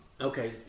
Okay